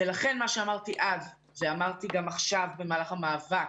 לכן מה שאמרתי אז, ואמרתי גם עכשיו במהלך המאבק,